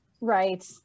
right